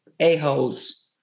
a-holes